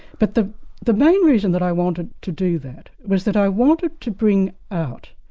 but the the main reason that i wanted to do that, was that i wanted to bring out